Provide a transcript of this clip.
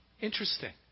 Interesting